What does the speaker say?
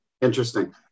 Interesting